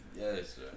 Yes